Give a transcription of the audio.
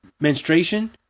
menstruation